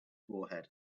forehead